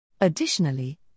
Additionally